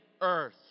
earth